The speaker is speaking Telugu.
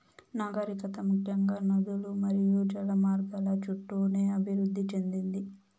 నాగరికత ముఖ్యంగా నదులు మరియు జల మార్గాల చుట్టూనే అభివృద్ది చెందింది